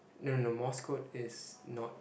no no morse code is not